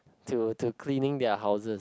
to to cleaning their houses